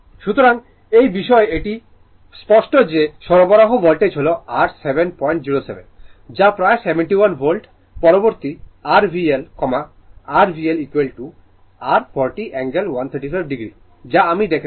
সুতরাং এই বিষয়ে এটি স্পষ্ট যে সরবরাহ ভোল্টেজ হল r 707 যে প্রায় 71 ভোল্ট পরবর্তী r VL r VL r 40 angle 135o যা আমি দেখেছি